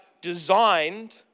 designed